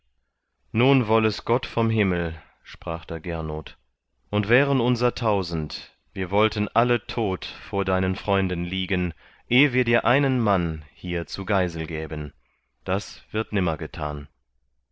nicht woll es gott vom himmel sprach da gernot und wären unser tausend wir wollten alle tot vor deinen freunden liegen eh wir dir einen mann hier zu geisel gäben das wird nimmer getan